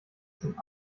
zum